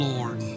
Lord